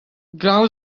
glav